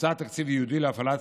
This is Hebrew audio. הוקצה תקציב ייעודי להפעלת